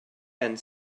and